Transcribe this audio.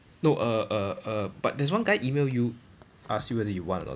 no err err err but there's one guy email you ask you whether you want or not